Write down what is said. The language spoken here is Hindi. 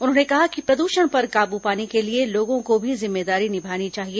उन्होंने कहा कि प्रद्षण पर काबू पाने के लिए लोगों को भी जिम्मेदारी निभानी चाहिए